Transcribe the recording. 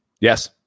Yes